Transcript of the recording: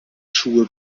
schuhe